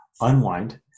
Unwind